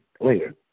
later